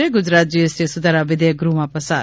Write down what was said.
Gujarat GST સુધારા વિધેયક ગૃહમાં પસાર